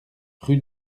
rue